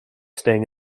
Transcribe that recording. staying